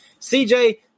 CJ